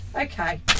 okay